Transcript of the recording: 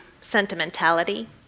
sentimentality